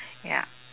ya